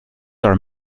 are